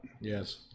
Yes